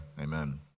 Amen